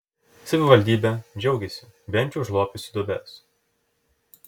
savivaldybė džiaugiasi bent jau užlopiusi duobes